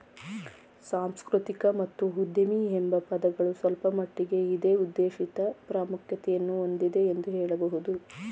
ಸಾಂಸ್ಕೃತಿಕ ಮತ್ತು ಉದ್ಯಮಿ ಎಂಬ ಪದಗಳು ಸ್ವಲ್ಪಮಟ್ಟಿಗೆ ಇದೇ ಉದ್ದೇಶಿತ ಪ್ರಾಮುಖ್ಯತೆಯನ್ನು ಹೊಂದಿದೆ ಎಂದು ಹೇಳಬಹುದು